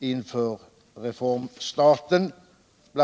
inför retormstarten. BI.